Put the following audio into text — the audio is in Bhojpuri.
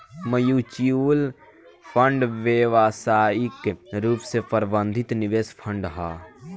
म्यूच्यूअल फंड व्यावसायिक रूप से प्रबंधित निवेश फंड ह